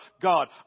God